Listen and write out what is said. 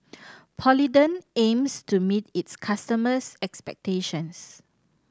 Polident aims to meet its customers' expectations